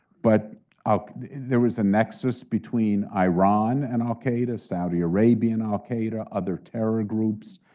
but there was a nexus between iran and al-qaeda, saudi arabia and al-qaeda, other terror groups.